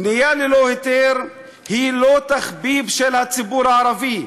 בנייה ללא היתר היא לא תחביב של הציבור הערבי,